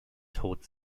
tod